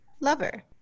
Lover